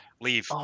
Leave